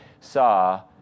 saw